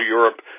Europe